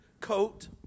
coat